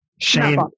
Shane